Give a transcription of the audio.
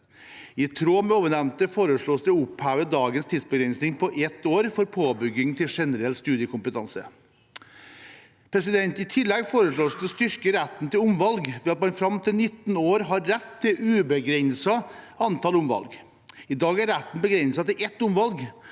I tråd med ovennevnte foreslås det å oppheve dagens tidsbegrensning på ett år for påbygging til generell studiekompetanse. I tillegg foreslås det å styrke retten til omvalg ved at man fram til 19 år har rett til et ubegrenset antall omvalg. I dag er retten begrenset til ett omvalg,